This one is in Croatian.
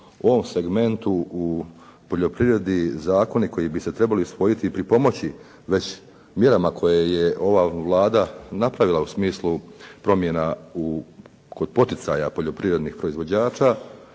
u ovom segmentu u poljoprivredi zakoni koji bi se trebali usvojiti i pripomoći već mjerama koje je ova Vlada napravila u smislu promjena u, kod poticanja poljoprivrednih proizvođača